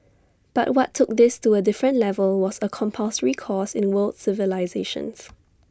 but what took this to A different level was A compulsory course in the world civilisations